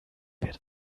wird